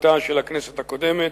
כהותה של הכנסת הקודמת,